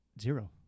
Zero